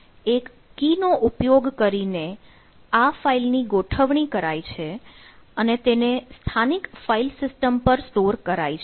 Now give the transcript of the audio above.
એક કી નો ઉપયોગ કરીને આ ફાઇલ ની ગોઠવણી કરાય છે અને તેને સ્થાનિક ફાઇલ સિસ્ટમ પર સ્ટોર કરાય છે